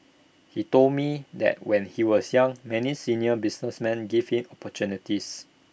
he told me that when he was young many senior businessmen gave him opportunities